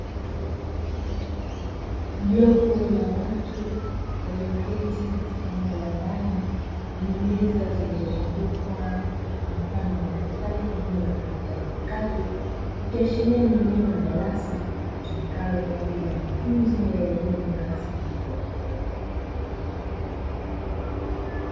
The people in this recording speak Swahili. Jopo la watu walioketi katika eneo la ndani kwenye meza zilizozungukwa na mfano wa madaftari pamoja na kompyuta mpakato, ikiashiria ni eneo la darasa litumikalo kwa ajili ya mafunzo ya elimu ngazi ya chuo kikuu.